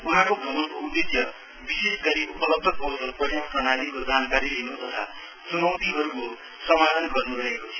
वहाँको भ्रमणको उद्देश्य विशेषगरि उपलब्ध कौशल पर्या प्रणालीको जानकारी लिनु तथा चुनौतिहरुको समाधान गर्नु रहेको थियो